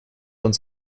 uns